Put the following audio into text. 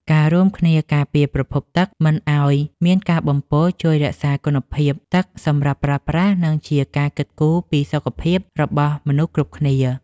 ការរួមគ្នាការពារប្រភពទឹកមិនឱ្យមានការបំពុលជួយរក្សាគុណភាពទឹកសម្រាប់ប្រើប្រាស់ និងជាការគិតគូរពីសុខភាពរបស់មនុស្សគ្រប់គ្នា។